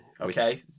Okay